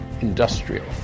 industrial